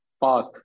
path